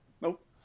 Nope